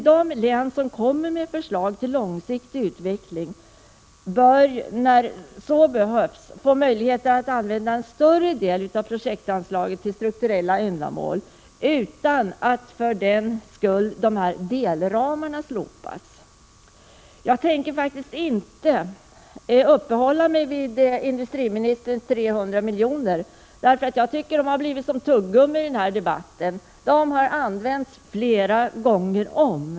De län som kommer med förslag till långsiktig utveckling bör, när så behövs, få möjligheter att använda en större del av projektanslaget till strukturella ändamål utan att för den skull delramen slopas. Jag vill inte uppehålla mig vid industriministerns 300 miljoner. Jag tycker de har blivit som tuggummi i den här debatten — de har använts flera gånger om.